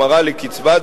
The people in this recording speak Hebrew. לקצבה,